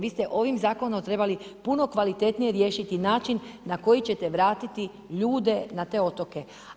Vi ste ovim zakonom trebali puno kvalitetnije riješiti način na koji ćete vratiti ljude na te otoke.